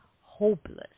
hopeless